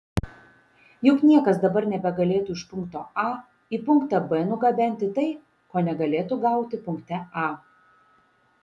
juk niekas dabar nebegalėtų iš punkto a į punktą b nugabenti tai ko negalėtų gauti punkte a